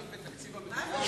האם בתקציב המדינה,